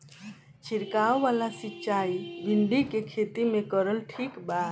छीरकाव वाला सिचाई भिंडी के खेती मे करल ठीक बा?